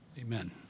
Amen